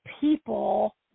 people